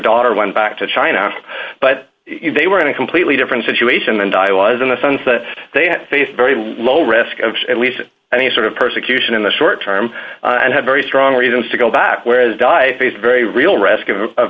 daughter went back to china but they were in a completely different situation and i was in a sense that they had faced very low risk of at least any sort of persecution in the short term and had very strong reasons to go back whereas di faced very real risk of